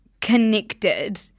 connected